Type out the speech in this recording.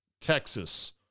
Texas